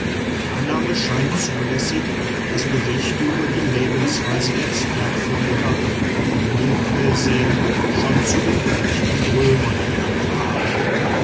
die annahme scheint zulässig daß berichte über die lebensweise der zwergvölker an den nilquellenseen schon zu den griechen und römern gelangt waren